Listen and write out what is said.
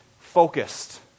focused